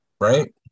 right